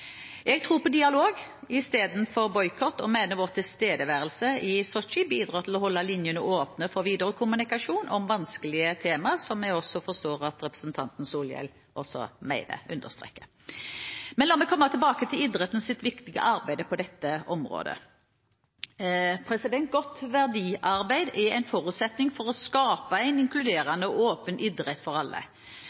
Jeg tror på dialog istedenfor boikott og mener vår tilstedeværelse i Sotsji bidrar til å holde linjene åpne for videre kommunikasjon om vanskelige temaer – som jeg også forstår at representanten Solhjell understreker. Men la meg komme tilbake til idrettens viktige arbeid på dette området. Godt verdiarbeid er en forutsetning for å skape en inkluderende og åpen idrett for alle.